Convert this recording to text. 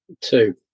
Two